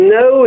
no